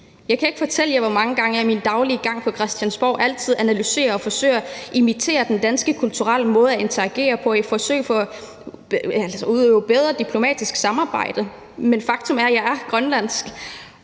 Jeg kan ikke fortælle jer, hvor mange gange jeg i min daglige gang på Christiansborg analyserer og forsøger at imitere den danske kulturelle måde at interagere på i et forsøg på at udøve et bedre diplomatisk samarbejde. Men faktum er, at jeg er grønlandsk,